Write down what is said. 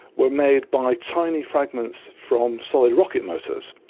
were made by tiny fragments from solid rocket motors.